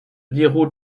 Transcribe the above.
déroule